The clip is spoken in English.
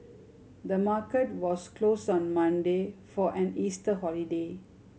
the market was closed on Monday for an Easter holiday